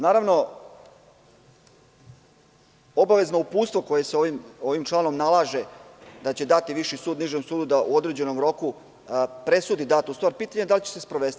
Naravno, obavezno uputstvo koje se ovim članom nalaže da će dati viši sud nižem sudu da u određenom roku presudi datu stvar, pitanje je da li će se sprovesti.